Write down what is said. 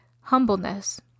humbleness